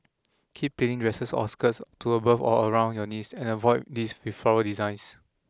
keep pleating dresses or skirts to above or around your knees and avoid these with floral designs